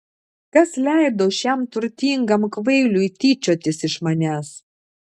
kas leido šiam turtingam kvailiui tyčiotis iš manęs